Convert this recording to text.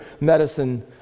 medicine